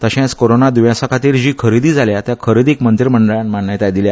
तशेंच कोरोना द्र्येंसा खातीर जी खरेदी जाल्या त्या खरेदीक मंत्रिमडळान मान्यताय दिल्या